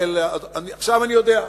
עכשיו אני יודע,